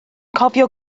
cofio